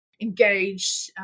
engage